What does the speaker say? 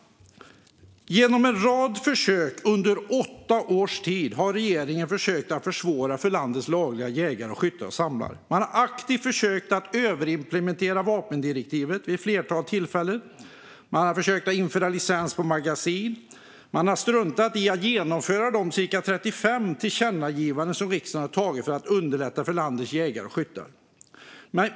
Vid en rad tillfällen under åtta års tid har regeringen försökt försvåra för landets lagliga jägare, skyttar och samlare. Man har aktivt försökt överimplementera vapendirektivet vid ett flertal tillfällen. Man har försökt införa licens på magasin. Man har struntat i att genomföra de cirka 35 tillkännagivanden som riksdagen har beslutat om för att underlätta för landets jägare och skyttar.